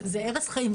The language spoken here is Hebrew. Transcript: זה הרס חיים.